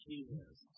Jesus